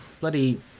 bloody